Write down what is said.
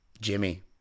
Jimmy